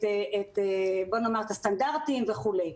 את הסטנדרטים וכולי.